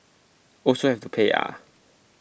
also have to pay ah